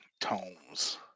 Tones